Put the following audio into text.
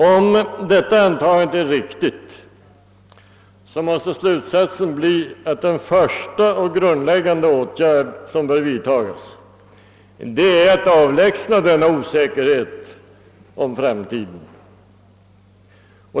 Om detta antagande är riktigt måste slutsatsen bli att den första och grundläggande åtgärd som bör vidtagas är att avlägsna denna osäkerhet om framtiden.